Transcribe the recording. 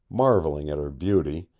marveling at her beauty,